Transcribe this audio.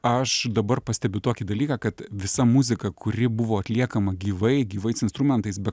aš dabar pastebiu tokį dalyką kad visa muzika kuri buvo atliekama gyvai gyvais instrumentais be